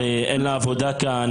הרי אין לה עבודה כאן,